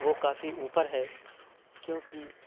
وہ کافی اوپر ہے کیوں کہ